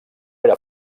era